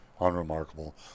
unremarkable